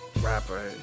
rapper